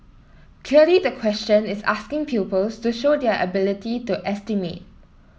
clearly the question is asking pupils to show their ability to estimate